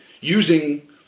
using